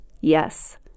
Yes